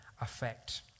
effect